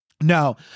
No